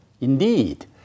Indeed